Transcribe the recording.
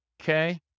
okay